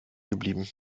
geblieben